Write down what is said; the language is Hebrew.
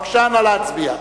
בבקשה, נא להצביע.